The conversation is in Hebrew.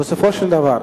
בסופו של דבר,